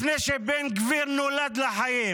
לפני שבן גביר נולד לחיים